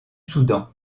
soudan